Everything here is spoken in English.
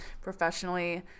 professionally